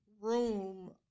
room